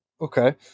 Okay